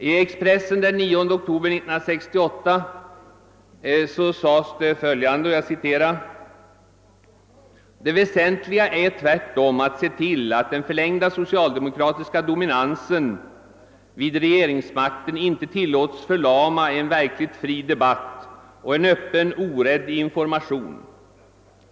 I Expressen den 9 oktober 1968 skrevs följande: »Det väsentliga är tvärtom att se till att den förlängda socialdemokratiska dominansen vid regeringsmakten inte tillåts förlama en verkligt fri debatt och en öppen, orädd information.